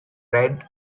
red